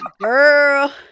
Girl